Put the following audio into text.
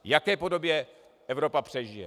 V jaké podobě Evropa přežije.